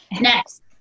Next